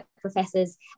professors